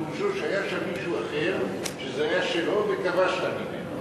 פירושו שהיה שם מישהו אחר שזה היה שלו וכבשת ממנו.